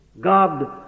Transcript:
God